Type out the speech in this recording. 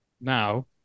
now